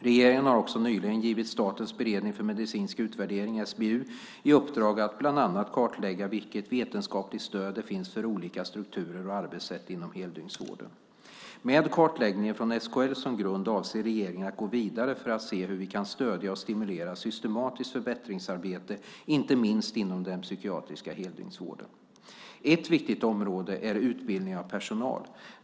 Regeringen har också nyligen givit Statens beredning för medicinsk utvärdering, SBU, i uppdrag att bland annat kartlägga vilket vetenskapligt stöd det finns för olika strukturer och arbetssätt inom heldygnsvården. Med kartläggningen från SKL som grund avser regeringen att gå vidare för att se hur vi kan stödja och stimulera systematiskt förbättringsarbete inom inte minst den psykiatriska heldygnsvården. Ett viktigt område är utbildning av personal.